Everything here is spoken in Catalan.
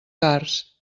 cars